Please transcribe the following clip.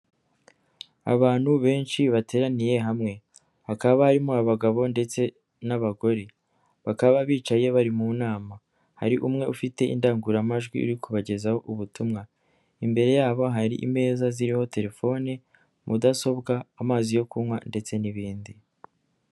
Abantu benshi bateraniye hamwe hakaba harimo abagabo ndetse n'abagore, bakaba bicaye bari mu nama hari umwe ufite indangururamajwi yo kubagezaho ubutumwa, imbere yabo hari ameza ariho telefone; mudasobwa ;amazi yo kunywa ndetse n'ibindi.